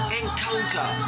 encounter